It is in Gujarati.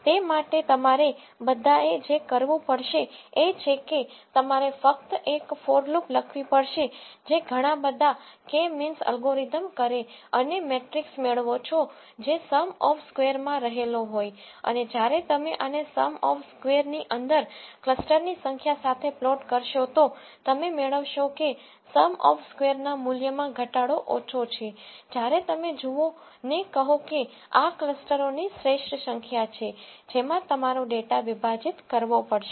તે માટે તમારે બધા એ જે કરવું પડશે એ છે કે તમારે ફક્ત એક ફોર લૂપ લખવી પડશે જે ઘણાં બધાં k મીન્સ એલ્ગોરિધમ્સ કરે અને મેટ્રિક્સ મેળવો છો જે સમ ઓફ સ્કેવર માં રહેલો હોય અને જયારે તમે આને સમ ઓફ સ્કેવર ની અંદર ક્લસ્ટર ની સંખ્યા સાથે પ્લોટ કરશો તો તમે મેળવશો કે સમ ઓફ સ્કેવરના મૂલ્ય માં ઘટાડો ઓછો છે જયારે તમે જુઓ ને કહો કે આ ક્લસ્ટરોની શ્રેષ્ઠ સંખ્યા છે જેમાં તમારો ડેટા વિભાજિત કરવો પડશે